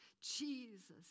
Jesus